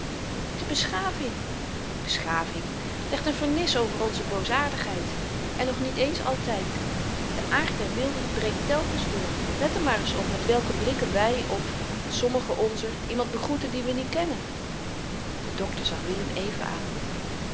de beschaving beschaving legt n vernis over onze boosaardigheid en nog niet eens altyd de aard der wilden breekt telkens door let er maar eens op met welke blikken wy of sommigen onzer iemand begroeten dien we niet kennen de dokter zag willem even aan